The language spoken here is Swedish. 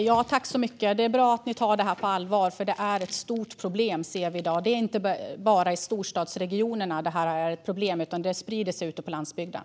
Fru talman! Det är bra att ni tar det här på allvar, för vi ser att det är ett stort problem i dag. Det är inte bara i storstadsregionerna som detta är ett problem, utan det sprider sig ute på landsbygden.